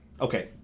Okay